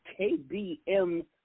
KBM